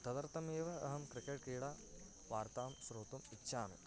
तदर्थमेव अहं क्रिकेट् क्रीडा वार्तां श्रोतुम् इच्छामि